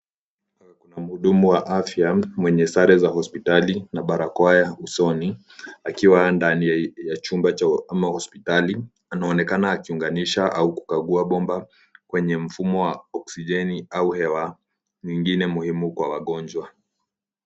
Mhudumu wa afya mwenye sare za hospitali na barakoa ya usoni akiwa ndani ya chumba ama hospitali. Anaonekana ikiunganisha au kukagua bomba kwenye mifumo wa okisijeni au hewa nyingine muhimu kwa wagonjwa.